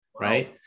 Right